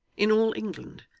in all england.